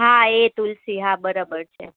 હા એ તુલસી હા બરોબર છે